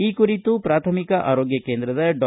ಈ ಕುರಿತು ಪ್ರಾಥಮಿಕ ಆರೋಗ್ಯ ಕೇಂದ್ರದ ಡಾ